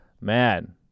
Man